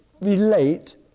relate